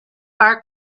are